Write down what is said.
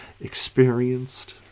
experienced